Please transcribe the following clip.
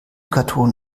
karton